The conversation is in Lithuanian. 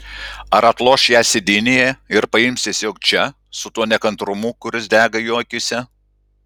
ar atloš ją sėdynėje ir paims tiesiog čia su tuo nekantrumu kuris dega jo akyse